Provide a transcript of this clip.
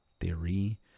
Theory